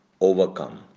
overcome